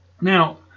Now